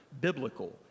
biblical